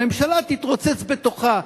הממשלה תתרוצץ בתוכה,